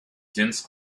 dense